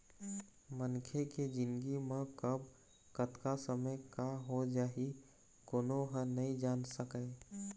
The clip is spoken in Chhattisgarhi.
मनखे के जिनगी म कब, कतका समे का हो जाही कोनो ह नइ जान सकय